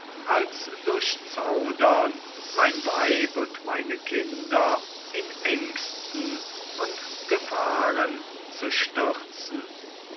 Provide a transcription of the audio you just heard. als durch zaudern mein weib und meine kinder in ängsten und gefahren zu stürzen